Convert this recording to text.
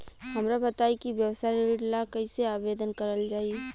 हमरा बताई कि व्यवसाय ऋण ला कइसे आवेदन करल जाई?